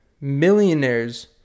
Millionaires